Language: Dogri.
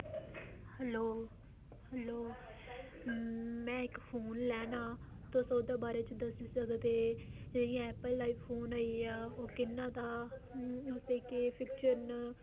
हैल्लो हैल्लो में इक फोन लैना तुस ओह्दे बारे च दस्सी सकदे जियां ऐप्पल आई फोन होईया ओह् किन्ने दा उसदे केह् फीचर न